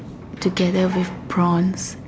together with prawn